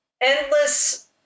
endless